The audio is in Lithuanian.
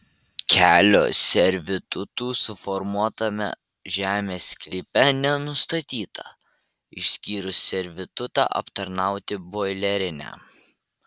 kelio servitutų suformuotame žemės sklype nenustatyta išskyrus servitutą aptarnauti boilerinę